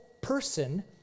person